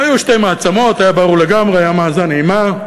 היו שתי מעצמות, היה ברור לגמרי, היה מאזן אימה.